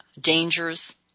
dangers